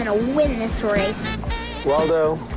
and win this race waldo,